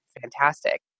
fantastic